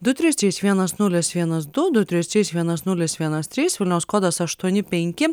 du trys trys vienas nulis vienas du du trys trys vienas nulis vienas trys vilniaus kodas aštuoni penki